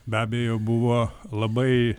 be abejo buvo labai